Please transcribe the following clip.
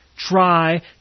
Try